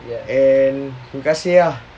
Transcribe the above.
and terima kasih ah